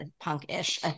punk-ish